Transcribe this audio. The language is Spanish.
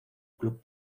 club